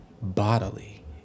bodily